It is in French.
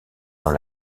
dans